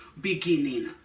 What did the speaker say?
beginning